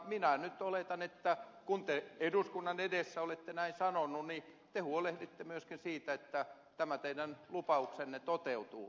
minä nyt oletan kun te eduskunnan edessä olette näin sanonut että te huolehditte myöskin siitä että tämä teidän lupauksenne toteutuu